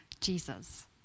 Jesus